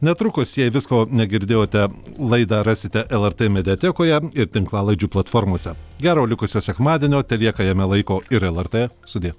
netrukus jei visko negirdėjote laidą rasite lrt mediatekoje ir tinklalaidžių platformose gero likusio sekmadienio telieka jame laiko ir lrt sudie